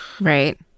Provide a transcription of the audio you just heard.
right